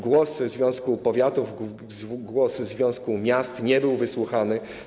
Głos związku powiatów, głos związku miast nie był wysłuchany.